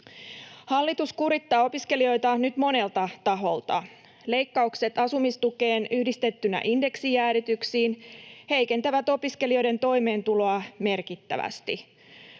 Hallitus kurittaa opiskelijoita nyt monelta taholta. Leikkaukset asumistukeen yhdistettynä indeksijäädytyksiin heikentävät opiskelijoiden toimeentuloa merkittävästi.